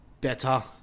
better